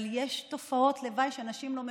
אבל יש תופעות לוואי שאנשים לא מבינים.